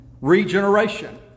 Regeneration